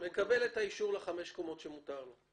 מקבל את האישור לחמש קומות שמותר לו.